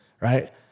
right